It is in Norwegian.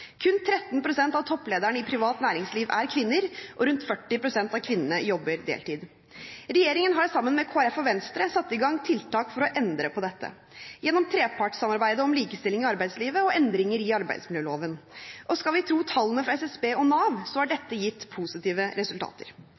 Kun 13 pst. av topplederne i privat næringsliv er kvinner, og rundt 40 pst. av kvinnene jobber deltid. Regjeringen har, sammen med Kristelig Folkeparti og Venstre, satt i gang tiltak for å endre på dette gjennom trepartssamarbeidet om likestilling i arbeidslivet og endringer i arbeidsmiljøloven. Og skal vi tro tallene fra SSB og Nav, har dette gitt positive resultater.